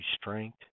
strength